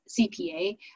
CPA